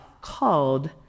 called